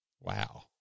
Wow